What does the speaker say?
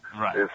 Right